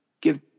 give